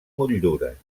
motllures